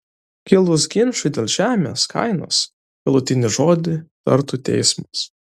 kilus ginčui dėl žemės kainos galutinį žodį tartų teismas